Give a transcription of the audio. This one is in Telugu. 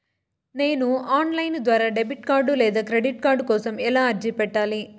నేను ఆన్ లైను ద్వారా డెబిట్ కార్డు లేదా క్రెడిట్ కార్డు కోసం ఎలా అర్జీ పెట్టాలి?